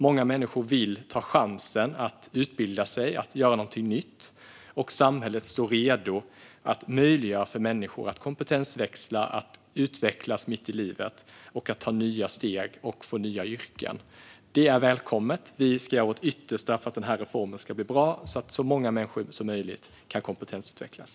Många människor vill ta chansen att utbilda sig och göra någonting nytt, och samhället står redo att möjliggöra för människor att kompetensväxla, utvecklas mitt i livet, ta nya steg och få nya yrken. Det är välkommet. Vi ska göra vårt yttersta för att den här reformen ska bli bra, så att så många människor som möjligt kan kompetensutvecklas.